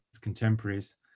contemporaries